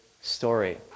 story